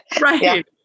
Right